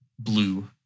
blue